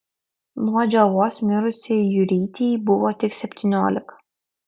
nuo džiovos mirusiai jurytei buvo tik septyniolika